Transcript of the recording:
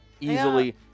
Easily